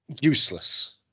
Useless